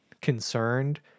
concerned